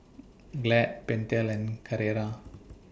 Glad Pentel and Carrera